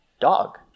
dog